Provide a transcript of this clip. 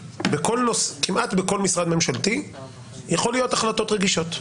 כמעט בכל משרד ממשלתי יכולות להיות החלטות רגישות.